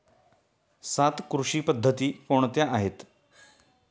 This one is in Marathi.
सात कृषी पद्धती कोणत्या आहेत?